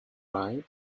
right